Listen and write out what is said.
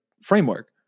framework